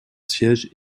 siège